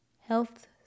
health